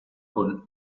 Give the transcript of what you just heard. con